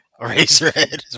Eraserhead